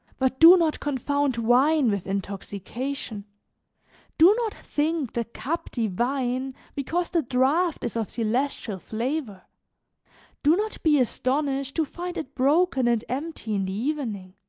but do not confound wine with intoxication do not think the cup divine because the draft is of celestial flavor do not be astonished to find it broken and empty in the evening.